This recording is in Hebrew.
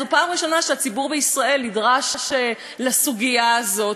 זו פעם ראשונה שהציבור בישראל נדרש לסוגיה הזאת.